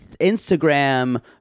Instagram